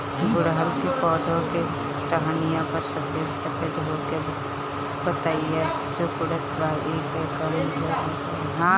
गुड़हल के पधौ के टहनियाँ पर सफेद सफेद हो के पतईया सुकुड़त बा इ कवन रोग ह?